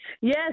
Yes